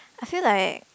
I feel like